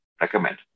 recommend